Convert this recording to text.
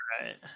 Right